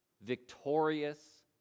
victorious